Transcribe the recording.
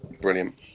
Brilliant